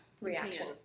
reaction